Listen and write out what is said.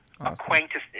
acquaintances